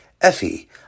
Effie